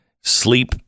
Sleep